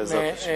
בעזרת השם.